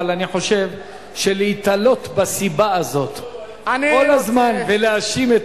אבל אני חושב שלהיתלות בסיבה הזאת כל הזמן ולהאשים את